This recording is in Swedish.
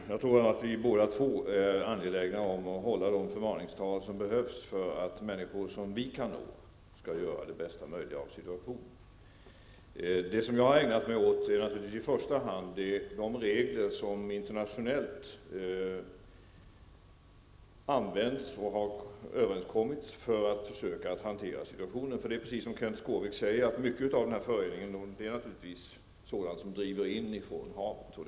Herr talman! Jag tror att vi båda två är angelägna om att hålla de förmaningstal som behövs för att människor som vi kan nå skall göra det bästa möjliga av situationen. Det jag har ägnat mig åt är i första hand de regler som man internationellt har kommit överens om och som man använder för att försöka hantera situationen. Precis som Kenth Skårvik säger är en stor del av föroreningarna sådant som driver in från havet.